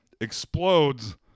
explodes